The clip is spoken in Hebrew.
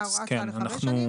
מדובר בהוראת שעה לחמש שנים שאתם